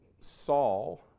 Saul